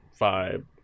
vibe